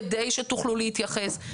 כדי שתוכלו להתייחס,